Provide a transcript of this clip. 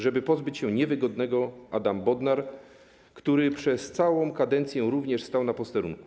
Żeby pozbyć się niewygodnego Adama Bodnara, który przez całą kadencję również stał na posterunku.